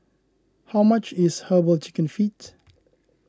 how much is Herbal Chicken Feet